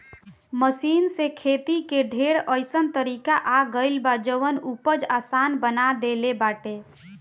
machine से खेती के ढेर अइसन तरीका आ गइल बा जवन उपज आसान बना देले बाटे